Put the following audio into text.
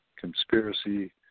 conspiracy